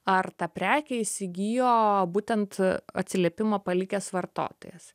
ar tą prekę įsigijo būtent atsiliepimą palikęs vartotojas